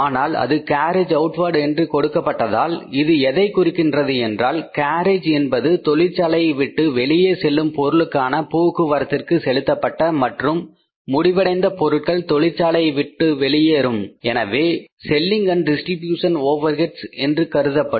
ஆனால் இது carriage outward என்று கொடுக்கப்பட்டதால் இது எதைக் குறிக்கிறது என்றால் கேரியேஜ் என்பது தொழிற்சாலையை விட்டு வெளியே செல்லும் பொருட்களுக்கான போக்குவரத்திற்கு செலுத்தப்பட்டது மற்றும் முடிவடைந்த பொருட்கள் தொழிற்சாலையை விட்டு வெளியேறும் எனவே selling and distribution overhead Selling Distribution overheads என்று கருதப்படும்